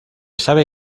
sabe